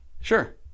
Sure